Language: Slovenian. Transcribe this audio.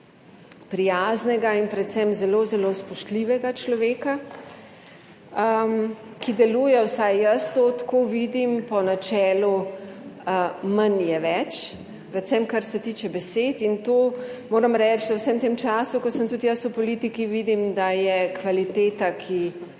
prijaznega in predvsem zelo, zelo spoštljivega človeka, ki deluje, vsaj jaz to tako vidim, po načelu manj je več, predvsem kar se tiče besed. In to moram reči, da v vsem tem času, ko sem tudi jaz v politiki, vidim, da je kvaliteta, ki